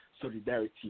Solidarity